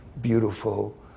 beautiful